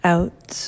Out